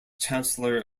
chancellor